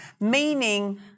Meaning